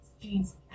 jeans